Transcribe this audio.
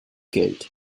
geld